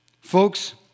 Folks